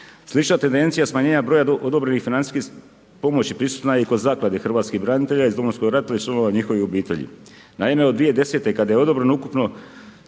Slična tendencija smanjenja broja odobrenih financijskih pomoći prisutna je i kod Zaklade hrvatskih branitelja iz Domovinskog rata i članova njihovih obitelji. Naime, od 2010. kada je odobreno ukupno